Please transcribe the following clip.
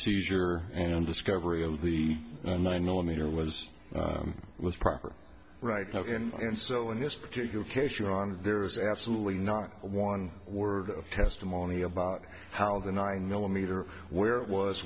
seizure and discovery of the a nine millimeter was was proper right and so in this particular case you're on there is absolutely not one word of testimony about how the nine millimeter where it was